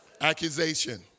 accusation